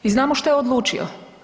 I znamo što je odlučio.